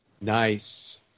Nice